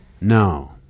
No